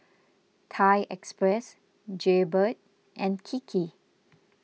Thai Express Jaybird and Kiki